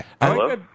Hello